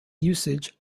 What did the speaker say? usage